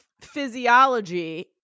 physiology